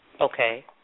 Okay